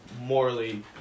morally